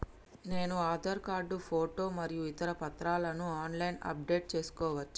నేను Aadhaar card photo మరియు ఇతర పత్రాలను ఆన్ లైన్ అప్ డెట్ చేసుకోవచ్చా?